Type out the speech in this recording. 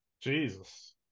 Jesus